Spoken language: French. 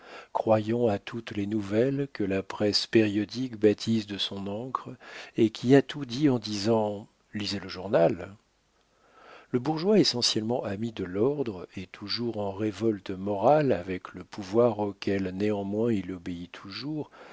croyant à toutes les nouvelles que la presse périodique baptise de son encre et qui a tout dit en disant lisez le journal le bourgeois essentiellement ami de l'ordre et toujours en révolte morale avec le pouvoir auquel néanmoins il obéit toujours